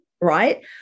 right